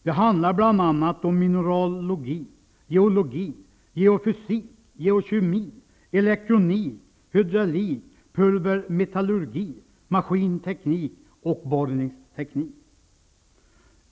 Det handlar bl.a. om mineralogi, geologi, geofysik, geokemi, elektronik, hydraulik, pulvermetallurgi, maskinteknik och borrningsteknik.